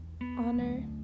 honor